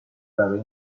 برای